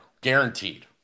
Guaranteed